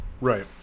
Right